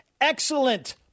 excellent